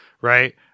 right